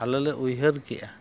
ᱟᱞᱮ ᱞᱮ ᱩᱭᱦᱟᱹᱨ ᱠᱮᱜᱼᱟ